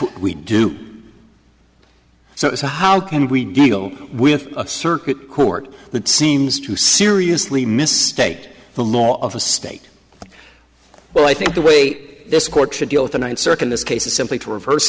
what we do so how can we deal with a circuit court that seems to seriously mistake the law of the state well i think the way this court should deal with the ninth circuit this case is simply to reverse